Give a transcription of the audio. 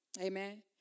Amen